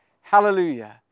Hallelujah